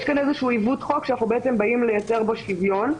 יש כאן איזשהו עיוות חוק שאנחנו באים לייצר בו שוויון.